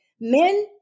men